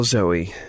Zoe